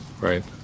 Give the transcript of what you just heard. right